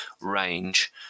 range